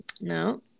no